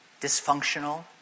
dysfunctional